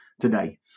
today